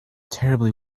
terribly